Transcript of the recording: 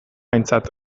aintzat